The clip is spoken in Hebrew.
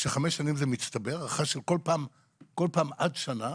כשחמש שנים זה מצטבר, כל פעם עד שנה.